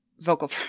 vocal